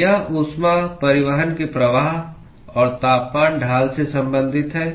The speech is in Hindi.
यह ऊष्मा परिवहन के प्रवाह और तापमान ढाल से संबंधित है